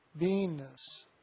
beingness